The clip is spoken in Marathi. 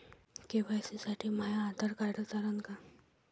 के.वाय.सी साठी माह्य आधार कार्ड चालन का?